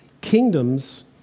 kingdoms